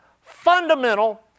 fundamental